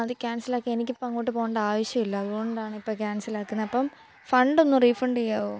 അത് ക്യാൻസൽ ആക്കി എനിക്കിപ്പോള് അങ്ങോട്ട് പോകേണ്ട ആവശ്യമില്ല അതുകൊണ്ടാണ് ഇപ്പോൾ ക്യാൻസൽ ആക്കുന്നേ അപ്പോള് ഫണ്ട് ഒന്ന് റീഫണ്ട് ചെയ്യാമോ